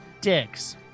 dicks